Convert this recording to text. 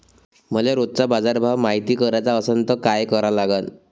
मले रोजचा बाजारभव मायती कराचा असन त काय करा लागन?